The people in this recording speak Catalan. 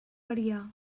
variar